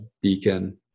beacon